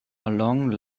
along